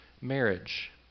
marriage